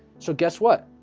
so guess what?